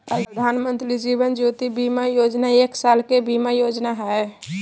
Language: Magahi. प्रधानमंत्री जीवन ज्योति बीमा योजना एक साल के बीमा योजना हइ